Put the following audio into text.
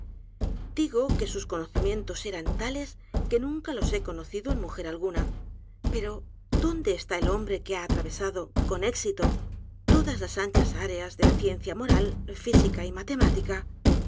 digo que sus conocimientos eran tales como nunca los he conocido en mujer a l g u n a p e r o dónde está el hombre que h a atravesado con éxito todas las anchas áreas de la ciencia moral física y matemática